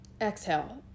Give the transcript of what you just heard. exhale